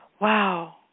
Wow